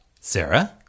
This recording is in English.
Sarah